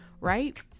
right